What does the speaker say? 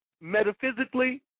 Metaphysically